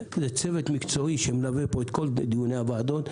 זה צוות מקצועי שמלווה את כל הדיונים של הוועדות.